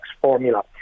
formula